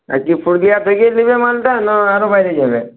আজকে পুরুলিয়া থেকেই নেবে মালটা না আরও বাইরে যাবে